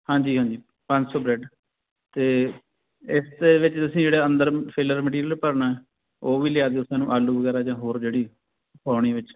ਹਾਂਜੀ ਹਾਂਜੀ ਪੰਜ ਸੌ ਬਰੈਡ ਅਤੇ ਇਸ ਦੇ ਵਿੱਚ ਤੁਸੀਂ ਜਿਹੜਾ ਅੰਦਰ ਫਿਲਰ ਮਟੀਰੀਅਲ ਭਰਨਾ ਉਹ ਵੀ ਲਿਆ ਦਿਉ ਸਾਨੂੰ ਆਲੂ ਵਗੈਰਾ ਜਾਂ ਹੋਰ ਜਿਹੜੀ ਪਾਉਣੀ ਵਿੱਚ